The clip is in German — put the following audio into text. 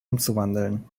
umzuwandeln